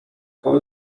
call